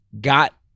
got